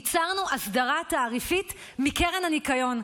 ייצרנו הסדרה תעריפית מקרן הניקיון,